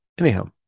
anyhow